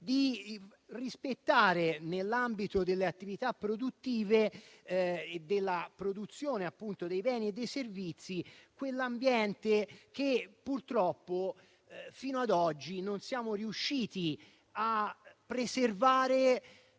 di rispettare nell'ambito delle attività produttive e della produzione di beni e servizi quell'ambiente che, purtroppo, fino ad oggi non siamo riusciti a preservare